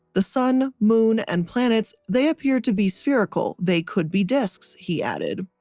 the sun, moon and planets, they appear to be spherical. they could be disks, he added.